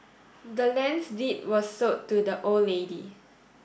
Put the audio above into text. the land's deed was sold to the old lady